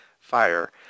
fire